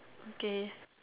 okay